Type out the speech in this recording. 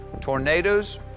Tornadoes